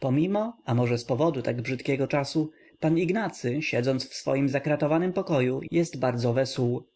pomimo a może z powodu tak brzydkiego czasu pan ignacy siedząc w swoim zakratowanym pokoju jest bardzo wesół